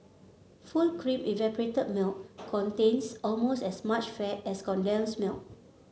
full cream evaporated milk contains almost as much fat as condensed milk